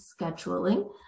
scheduling